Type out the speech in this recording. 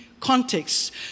Context